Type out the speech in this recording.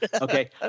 Okay